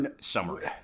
summary